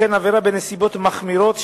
וכן עבירה בנסיבות מחמירות,